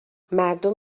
مردم